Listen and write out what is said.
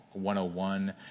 101